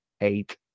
Eight